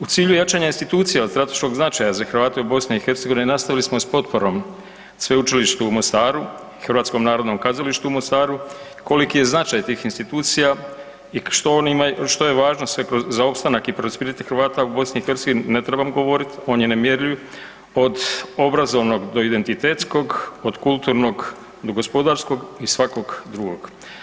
U cilju jačanja institucija od strateškog značaja za Hrvate u BiH-u nastavili smo s potporom Sveučilištu u Mostaru, HNK u Mostaru, koliki je značaj tih institucija i što je važno sve za opstanak i prosperitet Hrvata u BiH-u ne trebamo govoriti, on je nemjerljiv, od obrazovnog do identitetskog, od kulturnog do gospodarskog i svakog drugog.